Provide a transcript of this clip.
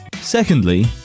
Secondly